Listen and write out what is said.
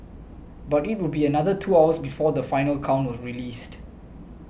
but it would be another two hours before the final count was released